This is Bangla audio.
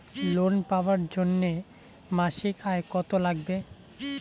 লোন পাবার জন্যে মাসিক আয় কতো লাগবে?